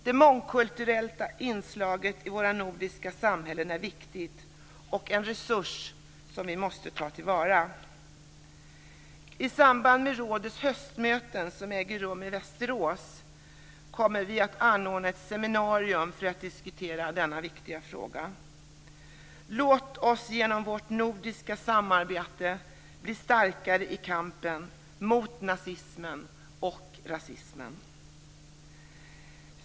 Det mångkulturella inslaget i våra nordiska samhällen är viktigt och en resurs som vi måste ta till vara. I samband med rådets höstmöten, som äger rum i Västerås, kommer vi att anordna ett seminarium för att diskutera denna viktiga fråga. Låt oss genom vårt nordiska samarbete bli starkare i kampen mot nazismen och rasismen.